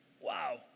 Wow